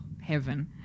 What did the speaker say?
heaven